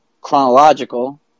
chronological